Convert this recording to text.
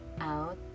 out